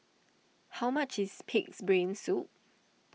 how much is Pig's Brain Soup